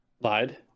Lied